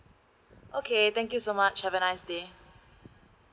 okay thank you so much have a nice day